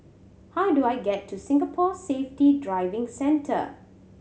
how do I get to Singapore Safety Driving Centre